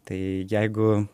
tai jeigu